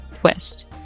twist